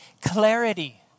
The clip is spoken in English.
clarity